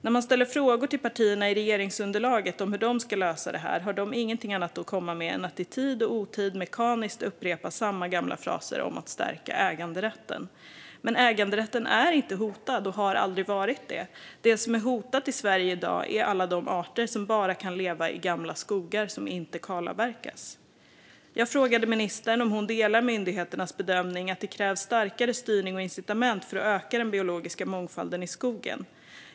När man ställer frågor till partierna i regeringsunderlaget om hur de ska lösa problemet har de ingenting annat att komma med än att i tid och otid mekaniskt upprepa samma gamla fraser om att stärka äganderätten. Men äganderätten är inte hotad och har aldrig varit det. Det som är hotat i Sverige i dag är alla de arter som bara kan leva i gamla skogar som inte kalavverkas. Jag frågade ministern om hon delar myndigheternas bedömning att det krävs starkare styrning och incitament för att öka den biologiska mångfalden i skogen.